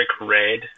red